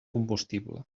combustible